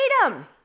freedom